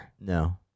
No